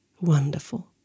Wonderful